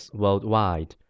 worldwide